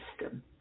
system